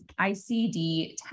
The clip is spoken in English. ICD-10